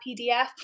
PDF